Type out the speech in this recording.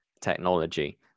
technology